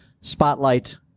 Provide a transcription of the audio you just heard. spotlight